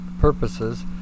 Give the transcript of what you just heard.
purposes